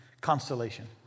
constellation